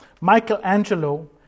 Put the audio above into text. Michelangelo